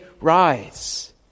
rise